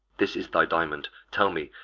this is thy diamond tell me,